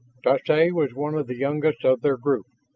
tsoay was one of the youngest of their group,